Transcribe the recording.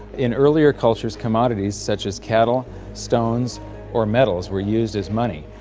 in earlier cultures commodities such as cattle stones or medals were used as money.